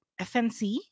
FNC